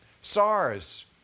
SARS